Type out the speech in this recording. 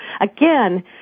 again